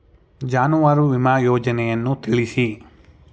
ಜಾನುವಾರು ವಿಮಾ ಯೋಜನೆಯನ್ನು ತಿಳಿಸಿ?